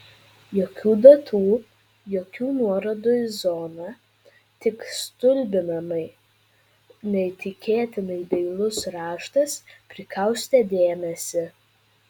jokių datų jokių nuorodų į zoną tik stulbinamai neįtikėtinai dailus raštas prikaustė dėmesį